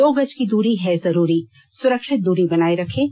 दो गज की दूरी है जरूरी सुरक्षित दूरी बनाए रखें